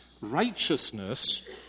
righteousness